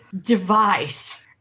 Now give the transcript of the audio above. device